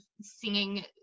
singing